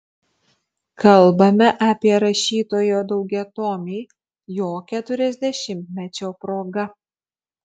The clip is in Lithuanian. kalbame apie rašytojo daugiatomį jo keturiasdešimtmečio proga